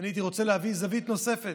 ואני הייתי רוצה להביא זווית נוספת.